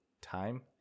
time